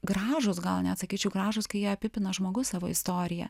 gražūs gal net sakyčiau gražūs kai ją apipina žmogus savo istorija